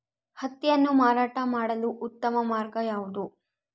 ಹತ್ತಿಯನ್ನು ಮಾರಾಟ ಮಾಡಲು ಉತ್ತಮ ಮಾರ್ಗ ಯಾವುದು?